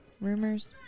Rumors